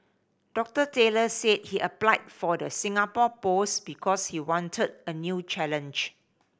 Doctor Taylor said he applied for the Singapore post because he wanted a new challenge